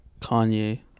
Kanye